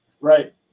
right